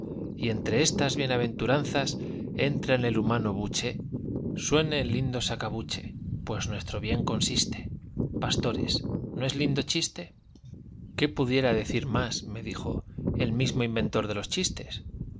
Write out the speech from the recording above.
y entre estas bienaventuranzas entra en el humano buche suene el lindo sacabuche pues nuestro bien consiste pastores no es lindo chiste qué pudiera decir más me dijo el mismo inventor de los chistes